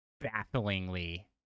bafflingly